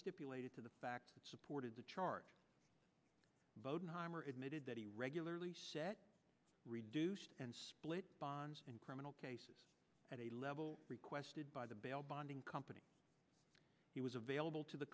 stipulated to the fact that supported the charge bowden heimer admitted that he regularly set reduced and split bonds and criminal cases at a level requested by the bail bonding company he was available to the